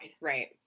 Right